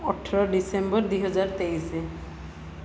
ଅଠର ଡିସେମ୍ବର ଦୁଇ ହଜାର ତେଇଶି